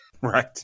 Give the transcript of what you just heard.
Right